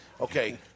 Okay